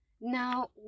now